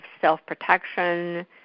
self-protection